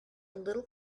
little